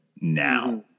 now